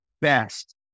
best